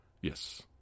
Yes